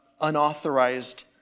unauthorized